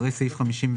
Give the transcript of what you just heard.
סעיף 52ד(ו)